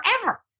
forever